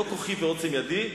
לא "כוחי ועוצם ידי",